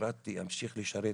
שירתי ואמשיך לשרת,